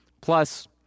Plus